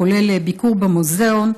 כולל ביקור במוזיאון,